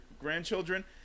grandchildren